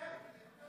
אתם.